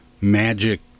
magic